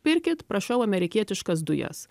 pirkit prašau amerikietiškas dujas